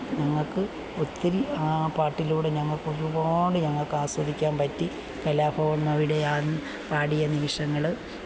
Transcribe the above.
ഞങ്ങക്ക് ഒത്തിരി പാട്ടിലൂടെ ഞങ്ങള്ക്കൊരുപാട് ഞങ്ങള്ക്കാസ്വദിക്കാന് പറ്റി കലാഭവന് മവിടെയാന് പാടിയ നിമിഷങ്ങള്